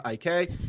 IK